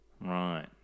Right